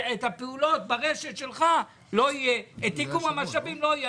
שהפעולות ברשת שלו לא יהיו ואיגום המשאבים לא יהיה.